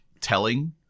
telling